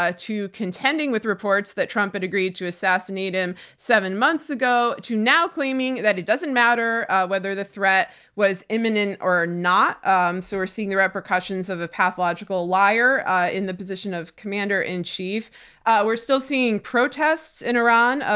ah to contending with reports that trump had agreed to assassinate him seven months ago, to now claiming that it doesn't matter whether the threat was imminent or not. um so we're seeing the repercussions of a pathological liar ah in the position of commander-in-chief. we're still seeing protests in iran.